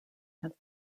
have